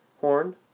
horn